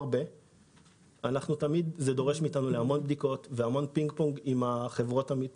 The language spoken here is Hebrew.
זה דורש מאיתנו הרבה בדיקות ושיח מתמשך